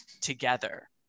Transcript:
together